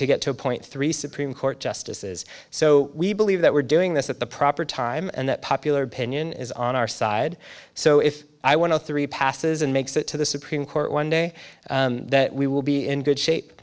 to get two point three supreme court justices so we believe that we're doing this at the proper time and that popular opinion is on our side so if i want to three passes and makes it to the supreme court one day we will be in good shape